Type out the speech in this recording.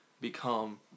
become